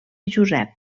josep